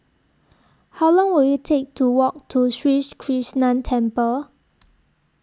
How Long Will IT Take to Walk to Sri Krishnan Temple